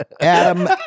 Adam